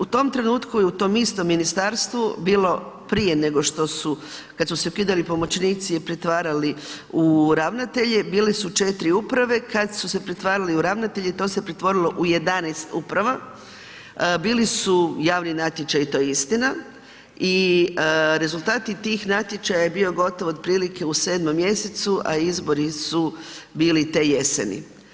U tom trenutku, u tom istom ministarstvu je bilo, prije nego što su, kad su se ukidali pomoćnici i pretvarali u ravnateljem, bile su 4 uprave, kad su se pretvarali u ravnatelje, to se pretvorilo u 11 uprava, bili su javni natječaji, to je istina i rezultati tih natječaja je bio gotovo otprilike u 7. mj. a izbori su bili te jeseni.